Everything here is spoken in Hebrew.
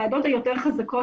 הוועדות היותר חזקות,